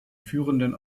führenden